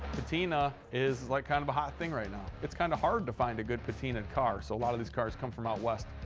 patina is, like, kind of a hot thing right now. it's kind of hard to find a good patina'd car, so a lot of these cars come from out west.